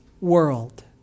world